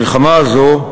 המלחמה הזאת,